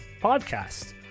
podcast